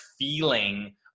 feeling